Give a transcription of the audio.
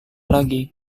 lagi